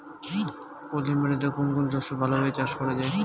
পলি মাটিতে কোন কোন শস্য ভালোভাবে চাষ করা য়ায়?